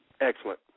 Excellent